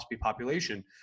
population